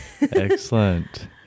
Excellent